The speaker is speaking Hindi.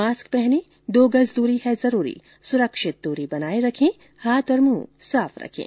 मास्क पहनें दो गज दूरी है जरूरी सुरक्षित दूरी बनाये रखें हाथ और मुंह साफ रखें